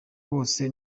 wose